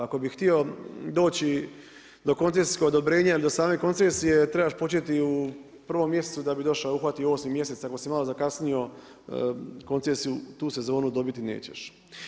Ako bih htio doći do koncesijskog odobrenja ili do same koncesije trebaš početi u 1. mjesecu da bi došao, uhvatio 8. mjesec ako si malo zakasnio koncesiju tu sezonu dobiti nećeš.